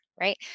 right